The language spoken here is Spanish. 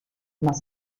más